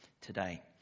today